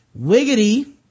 Wiggity